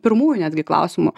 pirmųjų netgi klausimų